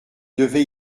devait